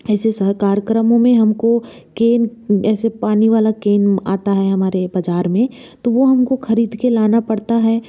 ऐसे स कार्यक्रमों में हम को केन ऐसे पानी वाला केन आता है हमारे बाज़ार में तो वो हम को ख़रीद के लाना पड़ता है